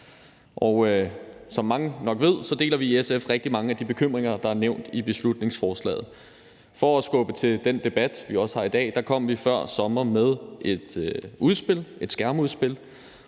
Som mange nok ved, deler vi i SF rigtig mange af de bekymringer, der er nævnt i beslutningsforslaget. For at skubbe til den debat, vi også har i dag, kom vi før sommer med et udspil, et skærmudspil,